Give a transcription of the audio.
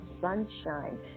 sunshine